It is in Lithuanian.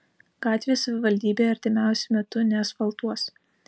gatvės savivaldybė artimiausiu metu neasfaltuos